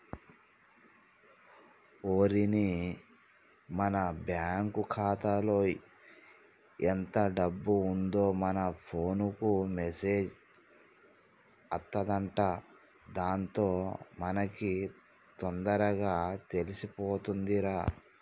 ఓరిని మన బ్యాంకు ఖాతాలో ఎంత డబ్బు ఉందో మన ఫోన్ కు మెసేజ్ అత్తదంట దాంతో మనకి తొందరగా తెలుతుందిరా